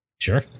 Sure